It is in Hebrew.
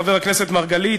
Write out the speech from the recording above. חבר הכנסת מרגלית,